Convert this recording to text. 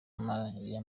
masengesho